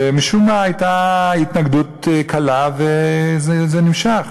ומשום מה, הייתה התנגדות קלה, וזה נמשך.